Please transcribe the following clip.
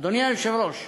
אדוני היושב-ראש,